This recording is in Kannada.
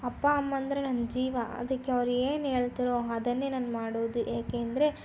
ಅಪ್ಪ ಅಮ್ಮಂದರೆ ನನ್ನ ಜೀವ ಅದಕ್ಕೆ ಅವರು ಏನು ಹೇಳ್ತಾರೋ ಅದನ್ನೇ ನಾನು ಮಾಡುವುದು ಏಕೆಂದರೆ